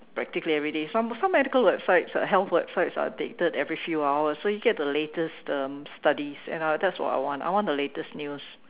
practically everyday some some medical websites are health websites are updated every few hours so you get the latest um studies and I that's what I want I want the latest news